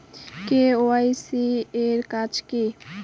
KYC এর কাজ কি?